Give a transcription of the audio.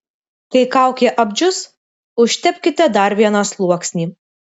kai kaukė apdžius užtepkite dar vieną sluoksnį